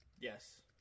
Yes